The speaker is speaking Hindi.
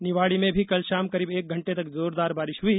निवाड़ी में भी कल शाम करीब एक घंटे तक जोरदार बारिश हुई